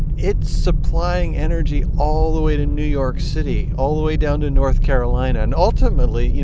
it's supplying energy all the way to new york city, all the way down to north carolina. and ultimately, you